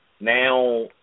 Now